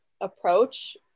approach